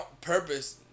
purpose